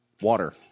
water